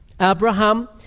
Abraham